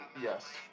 Yes